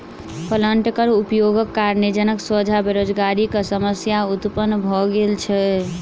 प्लांटरक उपयोगक कारणेँ जनक सोझा बेरोजगारीक समस्या उत्पन्न भ गेल छै